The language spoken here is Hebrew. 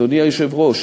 אדוני היושב-ראש,